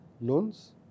loans